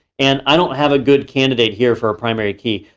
and i don't have a good candidate here for a primary key.